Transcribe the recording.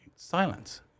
silence